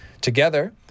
Together